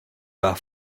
par